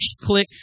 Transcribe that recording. Click